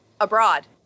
abroad